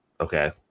okay